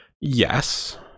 Yes